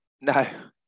no